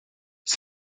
ces